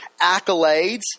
accolades